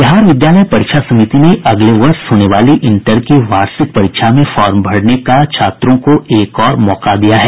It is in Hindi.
बिहार विद्यालय परीक्षा समिति ने अगले वर्ष होने वाली इंटर की वार्षिक परीक्षा में फार्म भरने का छात्रों को एक और मौका दिया है